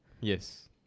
Yes